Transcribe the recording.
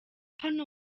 hano